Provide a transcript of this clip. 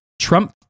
Trump